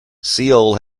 seoul